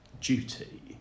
duty